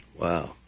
Wow